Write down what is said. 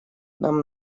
нам